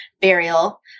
burial